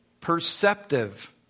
perceptive